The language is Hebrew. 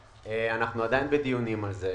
עדיין בדיונים על זה